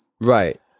Right